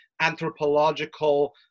anthropological